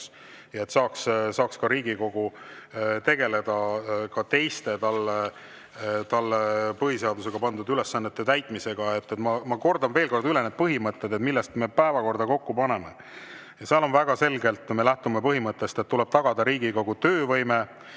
ja et Riigikogu saaks tegeleda teiste talle põhiseadusega pandud ülesannete täitmisega. Ma kordan veel kord üle need põhimõtted, millest lähtudes me päevakorda kokku paneme. Väga selgelt me lähtume põhimõttest, et tuleb tagada Riigikogu töövõime.